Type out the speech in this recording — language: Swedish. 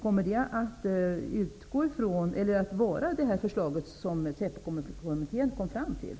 Kommer det förslaget att vara detsamma som SÄPO-kommittén kom fram till?